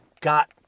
got